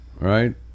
right